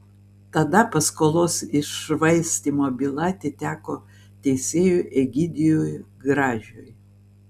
tada paskolos iššvaistymo byla atiteko teisėjui egidijui gražiui